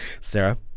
Sarah